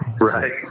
Right